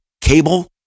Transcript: cable